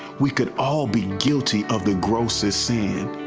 we could all be guilty of the grossest sin.